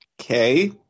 Okay